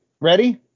Ready